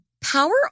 Power